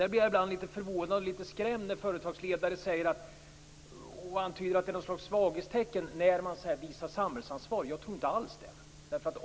Jag blir ibland litet förvånad och skrämd när företagsledare antyder att det är något slags svaghetstecken när man visar samhällsansvar. Jag tror inte alls det.